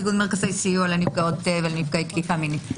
איגוד מרכזי סיוע לנפגעות ונפגעי תקיפה מינית.